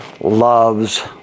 loves